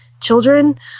children